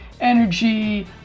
energy